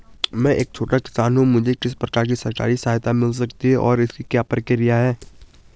मैं एक छोटा किसान हूँ मुझे किस प्रकार की सरकारी सहायता मिल सकती है और इसकी क्या प्रक्रिया है?